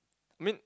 I mean